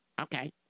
Okay